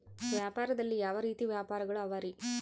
ವ್ಯಾಪಾರದಲ್ಲಿ ಯಾವ ರೇತಿ ವ್ಯಾಪಾರಗಳು ಅವರಿ?